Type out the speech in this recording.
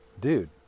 dude